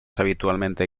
habitualmente